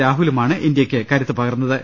രാഹുലുമാണ് ഇന്ത്യക്ക് കരുത്ത് പകർന്നത്